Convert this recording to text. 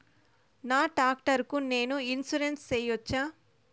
నా టాక్టర్ కు నేను ఇన్సూరెన్సు సేయొచ్చా?